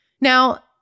Now